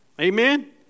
amen